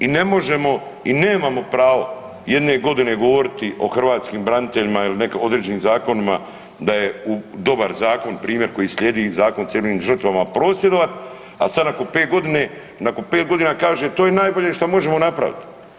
I ne možemo i nemamo pravo jedne godine govorit o hrvatskim braniteljima ili određenim zakonima da je dobar zakon primjer koji slijedi Zakon o civilnim žrtvama, prosvjedovat, a sad nakon 5 godina kaže to je najbolje što možemo napravit.